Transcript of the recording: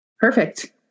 Perfect